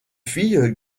fille